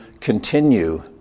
continue